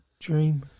dream